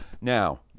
now